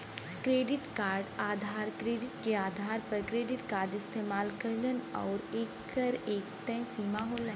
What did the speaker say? credit card धारक credit के आधार पर क्रेडिट कार्ड इस्तेमाल करलन आउर एकर एक तय सीमा होला